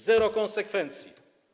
Zero konsekwencji.